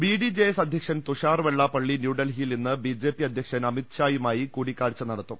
BDJS അധ്യക്ഷൻ തുഷാർവെള്ളാപ്പള്ളി ന്യൂഡൽഹിയിൽ ഇന്ന് ബിജെപി അധ്യക്ഷൻ അമിത്ഷായുമായി കൂടിക്കാഴ്ച നടത്തും